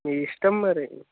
మీ ఇష్టం మరి